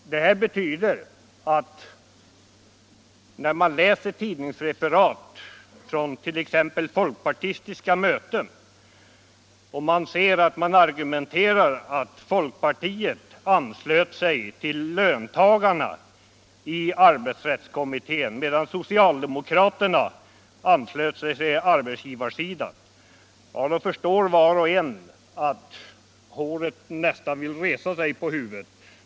När man sedan läser tidningsreferat från t.ex. folkpartistiska möten där framställningen vill ge intryck av att folkpartiet anslutit sig till löntagarna i arbetsrättskommittén medan socialdemokraterna anslöt sig till arbetsgivarsidan, då förstår var och en att håret nästan reser sig på huvudet.